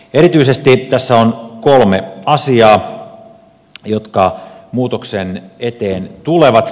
erityisesti tässä on kolme asiaa jotka muutoksen eteen tulevat